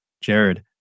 Jared